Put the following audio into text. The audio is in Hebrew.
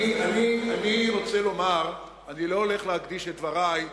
אני רוצה לומר שאני לא הולך להקדיש את דברי,